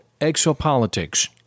Exopolitics